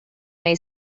may